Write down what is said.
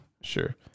sure